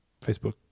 Facebook